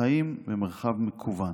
חיים במרחב מקוון.